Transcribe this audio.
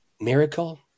miracle